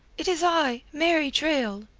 it is i, mary traill.